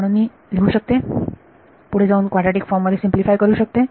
म्हणून मी लिहू शकते पुढे जाऊन हे क्वाड्राटिक फॉर्म मध्ये सिम्पलीफाय करू शकते